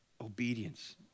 obedience